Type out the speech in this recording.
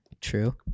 True